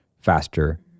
faster